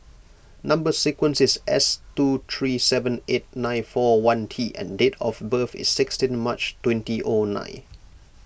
Number Sequence is S two three seven eight nine four one T and date of birth is sixteen March twenty O nine